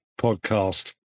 podcast